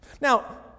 Now